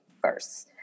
first